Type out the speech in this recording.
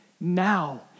now